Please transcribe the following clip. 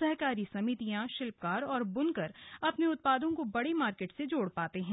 सहकारी समितियां शिल्पकार और बुनकर अपने उत्पादों को बड़े मार्केट से जोड़ पाते हैं